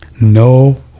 No